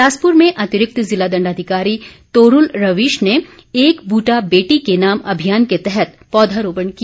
बिलासपुर में अतिरिक्त ज़िला दण्डाधिकारी तोरूल रवीश ने एक बूटा बेटी के नाम अभियान के तहत पौधरोपण किया